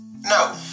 no